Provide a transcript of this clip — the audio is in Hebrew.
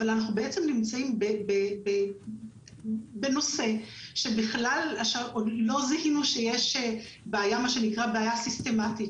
אבל אנחנו נמצאים בנושא שבכלל לא זיהינו שיש בעיה סיסטמתית,